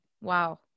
Wow